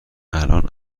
الان